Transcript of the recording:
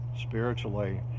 spiritually